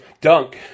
Dunk